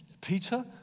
Peter